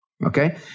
Okay